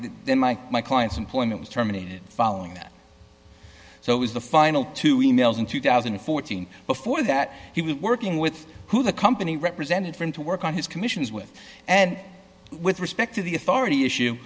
then my my client's and point was terminated following that so it was the final two e mails in two thousand and fourteen before that he was working with who the company represented for him to work on his commissions with and with respect to the authority issue